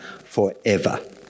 forever